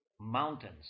mountains